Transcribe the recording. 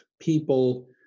people